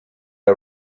are